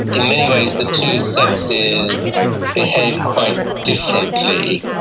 in many ways the two sexes behave quite differently